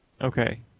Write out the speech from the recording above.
Okay